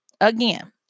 again